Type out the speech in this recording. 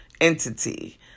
entity